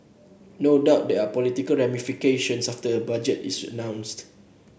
no doubt there are political ramifications after a budget is announced